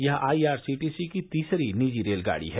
यह I R C T C की तीसरी निजी रेलगाड़ी है